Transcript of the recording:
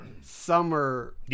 summer